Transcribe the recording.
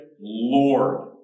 Lord